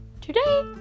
today